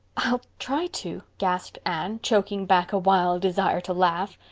i'll try to, gasped anne, choking back a wild desire to laugh.